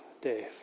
Dave